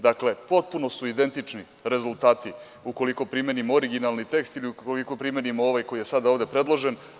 Dakle, potpuno su identični rezultati ukoliko primenimo originalni tekst ili ukoliko primenimo ovaj koji je sada ovde predložen.